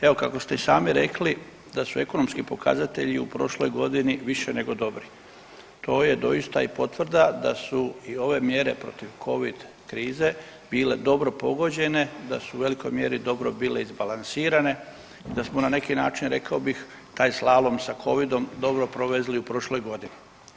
Evo kako ste i sami rekli da su ekonomski pokazatelji u prošloj godini više nego dobri, to je doista i potvrda da su i ove mjere protiv Covid krize bile dobro pogođene, da su u velikoj mjeri dobro bile izbalansirane i da smo na neki način, rekao bih, taj slalom sa Covidom dobro provezli u prošloj godini.